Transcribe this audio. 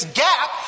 gap